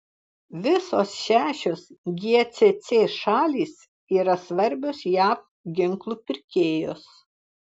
visos šešios gcc šalys yra svarbios jav ginklų pirkėjos